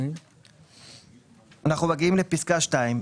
אנחנו מגיעים לפסקה (2).